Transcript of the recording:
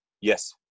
yes